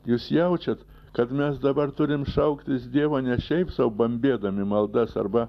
jūs jaučiat kad mes dabar turim šauktis dievo ne šiaip sau bambėdami maldas arba